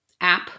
app